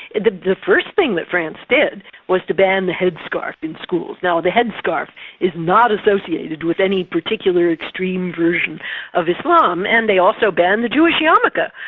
the the first thing that france did was to ban the headscarf in schools. now the headscarf is not associated with any particular extreme version of islam. and they also banned the jewish yarmulke,